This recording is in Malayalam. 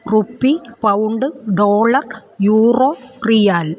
rupee pound dollar euro riyal